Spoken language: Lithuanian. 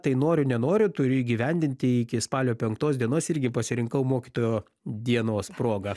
tai noriu nenoriu turiu įgyvendinti iki spalio penktos dienos irgi pasirinkau mokytojo dienos proga